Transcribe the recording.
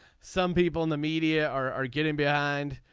some people in the media are getting behind.